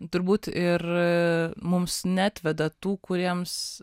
turbūt ir mums neatveda tų kuriems